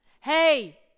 Hey